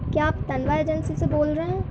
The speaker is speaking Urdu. کیا آپ تلوا ایجنسی سے بول رہے ہیں